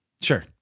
sure